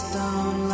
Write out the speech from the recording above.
down